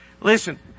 Listen